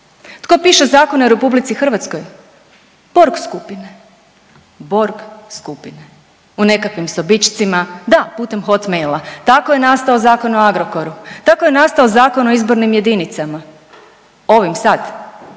Tko piše zakone u RH? Borg skupina, Borg skupina, u nekakvim sobićcima, da, putem Hotmaila, tako je nastao zakon o Agrokoru, tako je nastao Zakon o izbornim jedinicama, ovim sad,